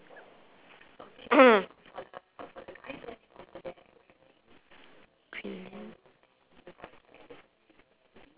green)